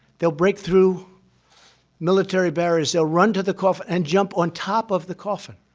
they'll break through military barriers. they'll run to the coffin and jump on top of the coffin.